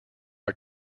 are